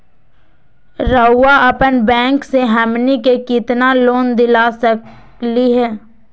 रउरा अपन बैंक से हमनी के कितना लोन दिला सकही?